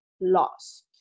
loss